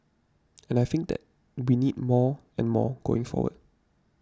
and I think that we need more and more going forward